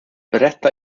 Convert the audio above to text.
berätta